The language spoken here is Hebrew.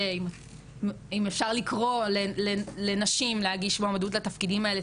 אם אפשר לקרוא לנשים להגיש מועמדות לתפקידים האלה,